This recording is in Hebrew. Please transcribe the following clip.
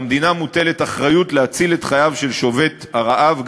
על המדינה מוטלת אחריות להציל את חייו של שובת רעב,